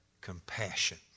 compassion